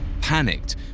Panicked